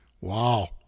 wow